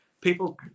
People